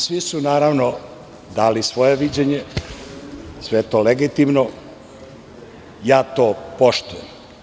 Svi su naravno dali svoje viđenje, sve je to legitimno, ja to poštujem.